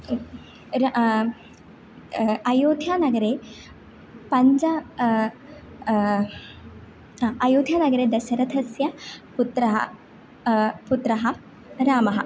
इत् रा अयोध्यानगरे पञ्च अयोध्यानगरे दशरथस्य पुत्रः पुत्रः रामः